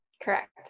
Correct